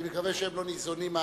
אני מקווה שהם לא ניזונים משם,